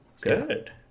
Good